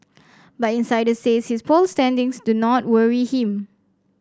but insiders says his poll standings do not worry him